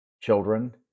children